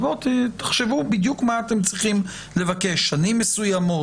תחשבו בדיוק מה אתם צריכים לבקש שנים מסוימות,